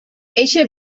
eixe